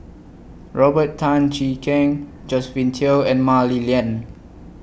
Robert Tan Jee Keng Josephine Teo and Mah Li Lian